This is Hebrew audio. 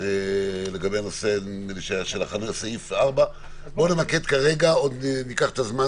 לגבי סעיף 4. בוא נמקד כרגע ניקח את הזמן